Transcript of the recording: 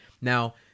now